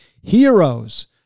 Heroes